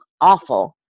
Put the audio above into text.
awful